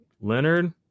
Leonard